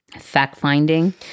fact-finding